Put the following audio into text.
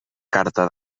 carta